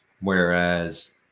Whereas